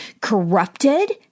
corrupted